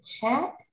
chat